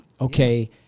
Okay